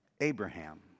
Abraham